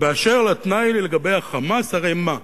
באשר לתנאי לגבי ה"חמאס" הרי מה?